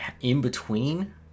in-between